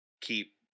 keep